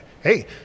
hey